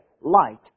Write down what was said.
light